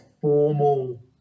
formal